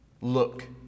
look